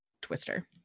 Twister